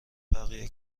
بقیه